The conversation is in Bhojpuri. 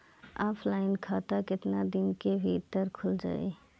ऑफलाइन खाता केतना दिन के भीतर खुल जाई?